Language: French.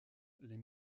les